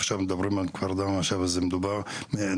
עכשיו מדברים על כפר דמהש אבל זה נוגע בכל